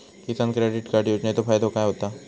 किसान credit card योजनेचो फायदो काय होता?